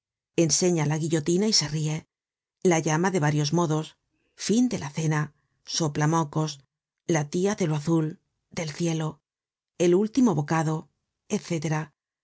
enseña la guillotina y se rie la llama de varios modos fin de la cena soplamocos la tia de lo azul del cielo el último bocado